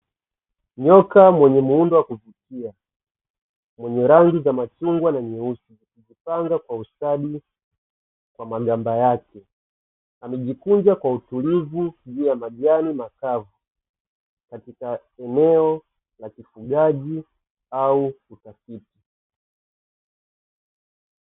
Nyoka mwenye muundo wa kufifia. Mwenye rangi za machungwa na nyeusi amejipanga kwa ustadi wa magamba yake. Amejikunja kwa utulivu juu ya majani makavu, katika eneo la kifugaji au utafiti.